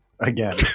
Again